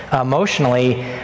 emotionally